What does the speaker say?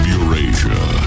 Eurasia